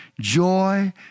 joy